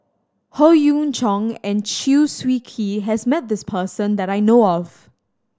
Howe Yoon Chong and Chew Swee Kee has met this person that I know of